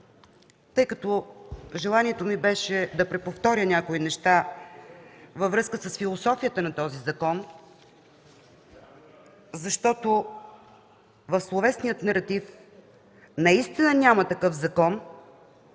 И сега, желанието ми беше да преповторя някои неща във връзка с философията на този закон, защото в словесния наратив наистина няма такъв закон,